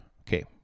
Okay